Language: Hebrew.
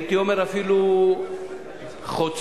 הייתי אומר אפילו חוצה,